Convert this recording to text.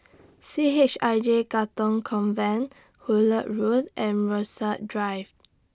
C H I J Katong Convent Hullet Road and Rasok Drive